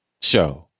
Show